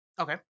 okay